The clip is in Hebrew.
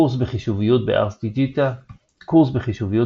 קורס בחישוביות ב־ArsDigita קורס בחישוביות